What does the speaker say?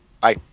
Bye